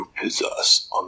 possess